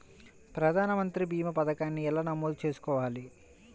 ప్రధాన మంత్రి భీమా పతకాన్ని ఎలా నమోదు చేసుకోవాలి?